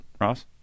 Ross